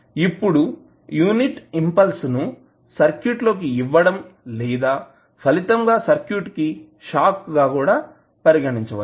ఇప్పుడు unit impulse ను సర్క్యూట్లోకి ఇవ్వడం లేదా ఫలితంగా సర్క్యూట్ షాక్గా కూడా పరిగణించవచ్చు